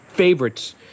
favorites